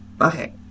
Okay